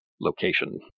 Location